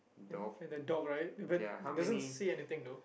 you know and the dog right but doesn't say anything though